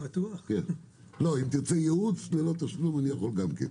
אם תרצה ייעוץ ללא תשלום, אני יכול גם כן.